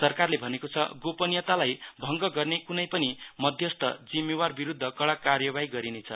सरकारले भनेको छ गोपनीयतालाई भङग गर्ने कुनै पनि मध्यस्त जिम्मेवार विरूद्ध कड़ा कार्यवाही गरिने छ